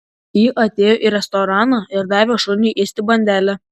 ji atėjo į restoraną ir davė šuniui ėsti bandelę